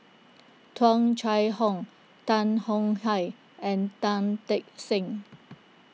Tung Chye Hong Tan Tong Hye and Tan Teck Seng